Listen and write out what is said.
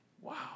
Wow